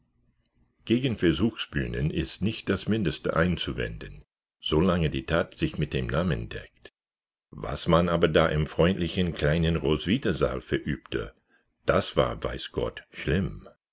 gegen versuchsbühnen ist nicht das mindeste einzuwenden solange die tat sich mit dem namen deckt was man aber da im freundlichen kleinen roswitha-saal verübte das war weiß gott schlimm